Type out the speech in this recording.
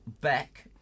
Beck